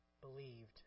believed